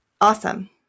awesome